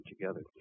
together